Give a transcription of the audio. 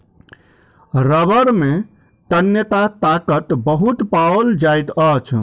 रबड़ में तन्यता ताकत बहुत पाओल जाइत अछि